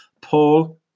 Paul